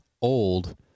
old